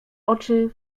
oczy